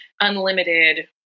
unlimited